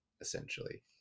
essentially